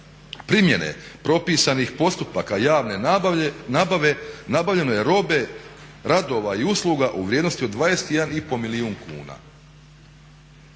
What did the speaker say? primjene propisanih postupaka javne nabave nabavljeno je robe, radova i usluga u vrijednosti od 21,5 milijun kuna.